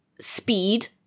speed